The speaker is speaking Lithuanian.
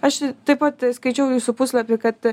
aš taip pat skaičiau jūsų puslapy kad